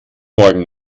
morgen